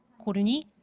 ko roon-hee,